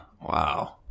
Wow